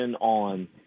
on